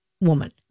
woman